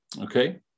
Okay